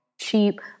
Cheap